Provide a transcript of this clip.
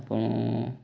ଆପଣ